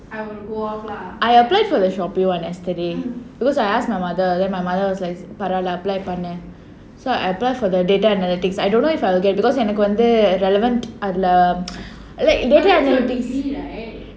I applied for the Shopee [one] yesterday because I asked my mother then my mother was like பரவால:paravaala lah apply பண்ணு:pannu so I applied for the data analytics I don't know if I'll get because எனக்கு வந்து:enakku vandhu relevant அதுல:adhula like data analytics